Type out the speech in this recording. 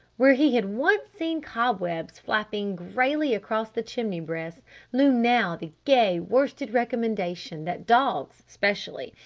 where he had once seen cobwebs flapping grayly across the chimney-breast loomed now the gay worsted recommendation that dogs specially,